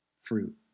fruit